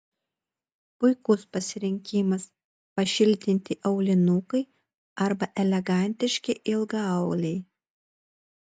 puikus pasirinkimas pašiltinti aulinukai arba elegantiški ilgaauliai